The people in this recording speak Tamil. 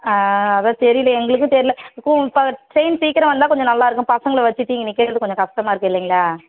ஆ அதான் தெரியல எங்களுக்கும் தெரியல கு இப்போ ட்ரெயின் சீக்கிரம் வந்தால் கொஞ்சம் நல்லாருக்கும் பசங்களை வச்சிட்டு இங்கே நிற்கிறது கொஞ்சம் கஷ்டமாக இருக்கு இல்லங்களா